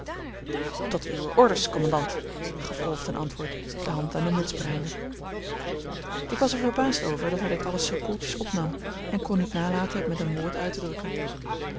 tot uwe orders commandant gaf rolf ten antwoord de hand aan de muts brengende ik was er verbaasd over dat hij dit alles zoo koeltjes opnam en kon niet nalaten het met een woord uit te drukken